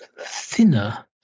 thinner